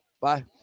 Bye